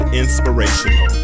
inspirational